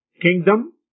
kingdom